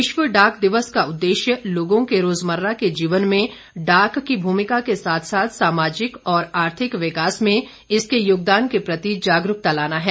विश्व डाक दिवस का उद्देश्य लोगों के रोजमर्रा के जीवन में डाक की भूमिका के साथ साथ सामाजिक और आर्थिक विकास में इसके योगदान के प्रति जागरूकता लाना है